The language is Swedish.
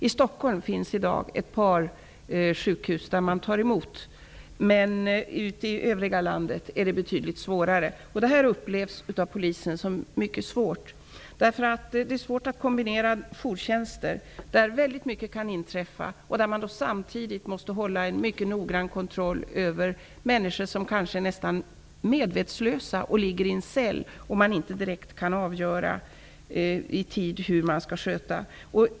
I Stockholm finns det i dag ett par sjukhus där man tar emot, men i övriga landet är det betydligt svårare. Poliser upplever detta som mycket svårt. Det är svårt att kombinera jourtjänstgöring, då väldigt mycket kan inträffa, med att samtidigt hålla en noggrann kontroll över nästan medvetslösa människor som ligger i en cell. Man kan inte direkt avgöra hur man skall sköta dem.